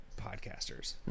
podcasters